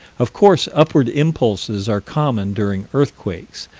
of course upward impulses are common during earthquakes,